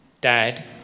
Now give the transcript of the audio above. Dad